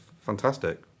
fantastic